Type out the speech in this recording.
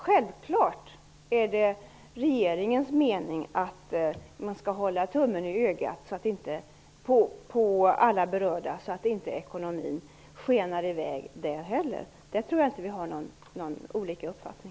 Självklart är det regeringens mening att man skall hålla tummen på ögat på alla berörda så att inte ekonomin skenar i väg. Där tror jag inte att vi har olika uppfattning.